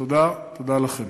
תודה, תודה לכם.